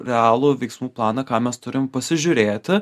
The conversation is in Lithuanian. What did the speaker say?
realų veiksmų planą ką mes turim pasižiūrėti